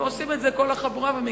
וכל החבורה עושה את זה,